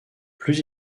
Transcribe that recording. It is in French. plus